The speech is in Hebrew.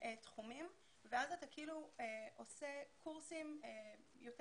תחומים ואז אתה כאילו עושה קורסים יותר